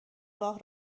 راه